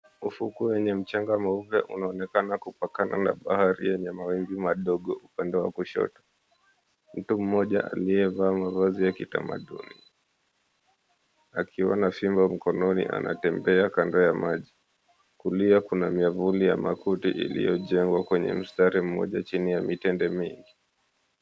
Ufukwe wenye mchanga mweupe unaonekana kupakana na bahari yenye mawimbi madogo upande wa kushoto. Mtu mmoja aliyevaa mavazi ya kitamaduni, akiwa na fimbo mkononi, anatembea kando ya maji. Kulia kuna miavuli ya makuti iliyojengwa kwenye mstari mmoja chini ya mitende mingi.